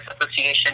association